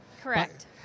Correct